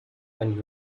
and